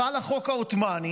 חל החוק העות'מאני,